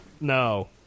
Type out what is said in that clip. No